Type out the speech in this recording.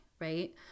right